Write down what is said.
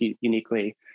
uniquely